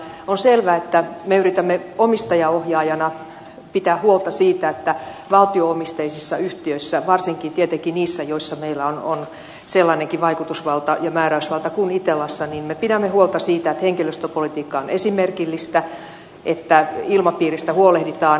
on selvää että me yritämme omistajaohjaajana pitää huolta siitä että valtio omisteisissa yhtiöissä varsinkin tietenkin niissä joissa meillä on sellainenkin vaikutusvalta ja määräysvalta kuin itellassa henkilöstöpolitiikka on esimerkillistä että ilmapiiristä huolehditaan